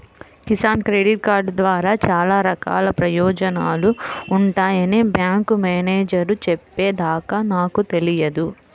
Kisan credit card ద్వారా చాలా రకాల ప్రయోజనాలు ఉంటాయని బ్యాంకు మేనేజేరు చెప్పే దాకా నాకు తెలియదు